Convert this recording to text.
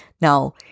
Now